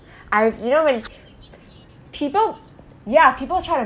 I have you know when people ya people try to